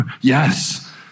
Yes